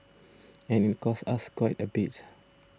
and it costs us quite a bit